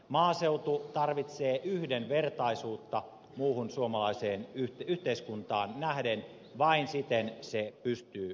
maaseutu tarvitsee yhdenvertaisuutta muuhun suomalaiseen yhteiskuntaan nähden vain siten se pystyy kehittymään